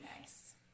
Nice